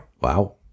Wow